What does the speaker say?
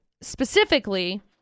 specifically